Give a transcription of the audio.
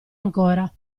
ancora